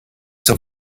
zur